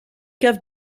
caves